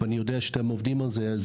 אני יודע שאתם עובדים על זה.